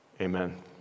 Amen